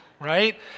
right